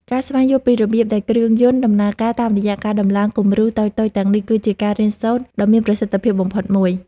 ការស្វែងយល់ពីរបៀបដែលគ្រឿងយន្តដំណើរការតាមរយៈការដំឡើងគំរូតូចៗទាំងនេះគឺជាការរៀនសូត្រដ៏មានប្រសិទ្ធភាពបំផុតមួយ។